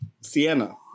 Sienna